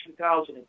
2002